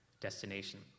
destination